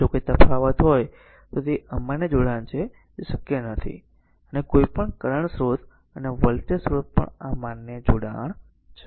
જો કોઈ તફાવત હોય તો તે અમાન્ય જોડાણ છે જે શક્ય નથી અને કોઈપણ કરંટ સ્રોત અને આ વોલ્ટેજ સ્રોત પણ આ માન્ય જોડાણ છે